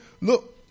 look